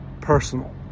personal